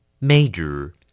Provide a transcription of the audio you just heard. Major